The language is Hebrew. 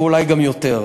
ואולי יהיה גם יותר,